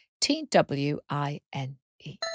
T-W-I-N-E